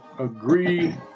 agree